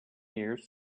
years